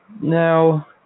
now